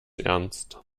ernst